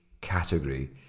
category